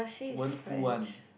won't full one